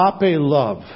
love